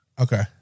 Okay